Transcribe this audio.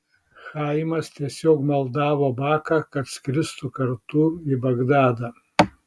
chaimas tiesiog maldavo baką kad skristų kartu į bagdadą